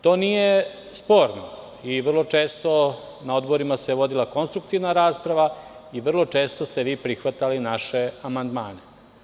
To nije sporno, i vrlo često na odborima se vodila konstruktivna rasprava i vrlo često ste vi prihvatali naše amandmane.